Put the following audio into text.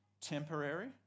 temporary